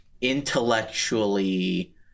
intellectually